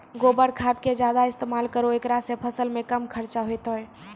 गोबर खाद के ज्यादा इस्तेमाल करौ ऐकरा से फसल मे कम खर्च होईतै?